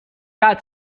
got